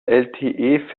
lte